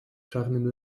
czarnym